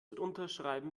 unterschreiben